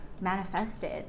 manifested